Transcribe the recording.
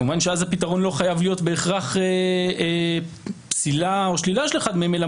כמובן שאז הפתרון לא חייב להיות בהכרח פסילה או שלילה של אחד מהם אלא